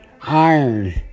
iron